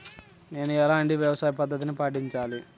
నేను ఎలాంటి వ్యవసాయ పద్ధతిని పాటించాలి?